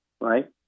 right